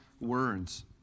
words